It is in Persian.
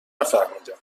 نفهمیدم